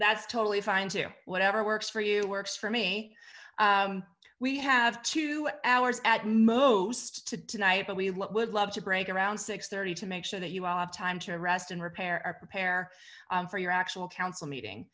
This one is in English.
that's totally fine to whatever works for you works for me we have two hours at most two tonight but we would love to break around to make sure that you all have time to arrest and repair or prepare for your actual council meeting